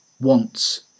wants